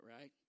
right